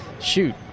shoot